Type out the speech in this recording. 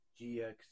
GX